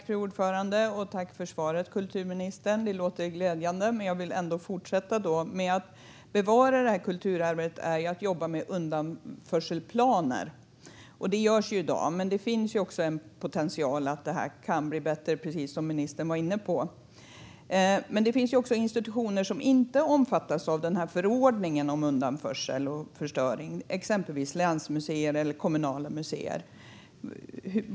Fru talman! Jag tackar kulturministern för svaret. Det låter glädjande, men jag vill ändå fortsätta. Att bevara kulturarvet innebär att jobba med undanförselplaner, och detta görs i dag. Det har dock potential att bi bättre, precis som ministern var inne på. Det finns ju institutioner som inte omfattas av förordningen om undanförsel och förstöring, exempelvis länsmuseer och kommunala museer.